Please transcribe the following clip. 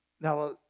Now